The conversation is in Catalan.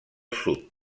sud